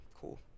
cool